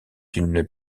d’une